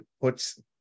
puts